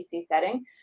setting